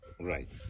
Right